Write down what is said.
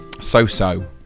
So-so